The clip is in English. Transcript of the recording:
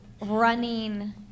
running